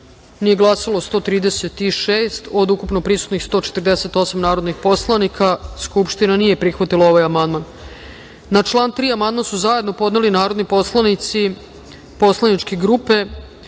nije glasalo – 136 od ukupno prisutnih 148 narodnih poslanika. Konstatujem da Narodna skupština nije prihvatila ovaj amandman. Na član 3. amandman su zajedno podneli narodni poslanici Poslaničke grupe